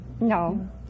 No